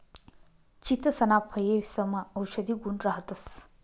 चीचसना फयेसमा औषधी गुण राहतंस